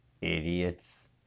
Idiots